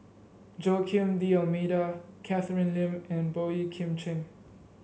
Joaquim D'Almeida Catherine Lim and Boey Kim Cheng